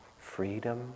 freedom